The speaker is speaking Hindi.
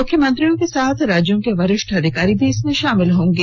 मुख्यमंत्रियों के साथ राज्यों के वरिष्ठ अधिकारी भी इसमें शामिल होंगे